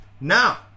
Now